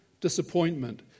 disappointment